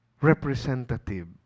representative